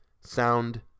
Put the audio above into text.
sound